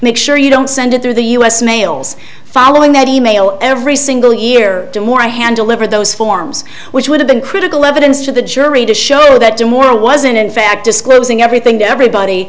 make sure you don't send it through the u s mails following that e mail every single year or more i handle live or those forms which would have been critical evidence to the jury to show that the more wasn't in fact disclosing everything to everybody